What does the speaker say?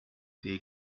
they